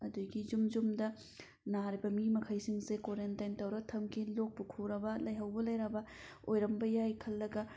ꯑꯗꯒꯤ ꯌꯨꯝ ꯌꯨꯝꯗ ꯅꯥꯔꯤꯕ ꯃꯤ ꯃꯈꯩꯁꯤꯡꯁꯦ ꯀ꯭ꯋꯥꯔꯦꯟꯇꯥꯏꯟ ꯇꯧꯔꯒ ꯊꯝꯈꯤ ꯂꯣꯛꯄꯨ ꯈꯨꯔꯕ ꯂꯥꯏꯍꯧꯕꯨ ꯂꯩꯔꯕ ꯑꯣꯏꯔꯝꯕ ꯌꯥꯏ ꯈꯜꯂꯕ